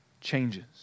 changes